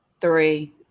three